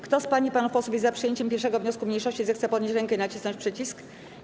Kto z pań i panów posłów jest za przyjęciem 1. wniosku mniejszości, zechce podnieść rękę i nacisnąć przycisk.